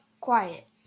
quiet